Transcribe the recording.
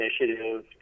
initiative